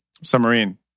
Submarine